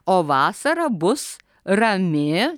o vasara bus rami